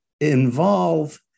involve